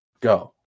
Go